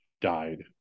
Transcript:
died